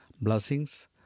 blessings